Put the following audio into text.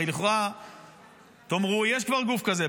הרי לכאורה תאמרו: יש כבר גוף כזה.